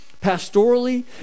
pastorally